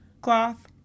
cloth